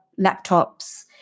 laptops